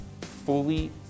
fully